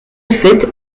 fait